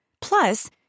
Plus